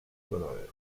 verdadero